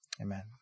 Amen